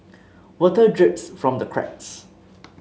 water drips from the cracks